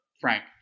Frank